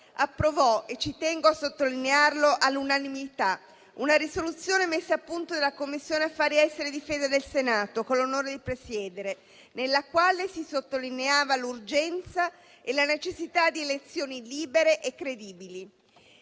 approvò - ci tengo a sottolinearlo - all'unanimità una risoluzione messa a punto della Commissione affari esteri e difesa del Senato, che ho l'onore di presiedere, nella quale si sottolineavano l'urgenza e la necessità di elezioni libere e credibili,